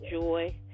Joy